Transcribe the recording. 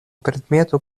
предмету